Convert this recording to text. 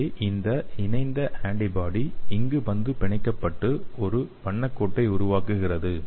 எனவே இந்த இணைந்த ஆன்டிபாடி இங்கு வந்து பிணைக்கப்பட்டு ஒரு வண்ண கோட்டை உருவாக்குகிறது